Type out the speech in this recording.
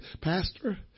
Pastor